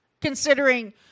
Considering